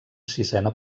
sisena